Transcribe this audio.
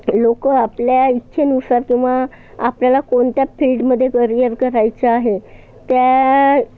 लोकं आपल्या इच्छेनुसार किंवा आपल्याला कोणत्या फील्डमध्ये करिअर करायचं आहे त्या